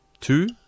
two